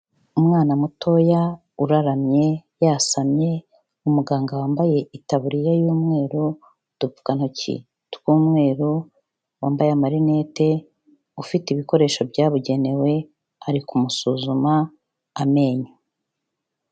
Umwana mutoya uraramye yasamye, umuganga wambaye itaburiya, y'umweru, udupfukantoki tw'umweru, wambaye amarinete, ufite ibikoresho byabugenewe ari kumusuzuma amenyo.